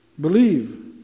Believe